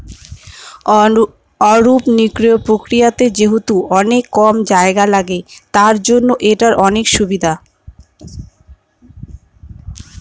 aeroponics প্রক্রিয়াতে যেহেতু অনেক কম জায়গা লাগে, তার জন্য এটার অনেক সুবিধা